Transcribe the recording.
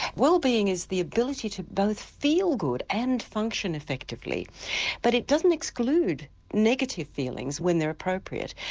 wellbeing is the ability to both feel good and function effectively but it doesn't exclude negative feelings when they're appropriate.